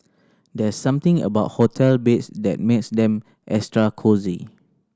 there's something about hotel beds that makes them extra cosy